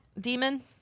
demon